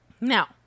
Now